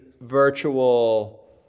virtual